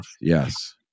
yes